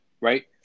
right